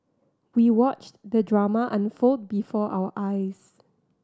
we watched the drama unfold before our eyes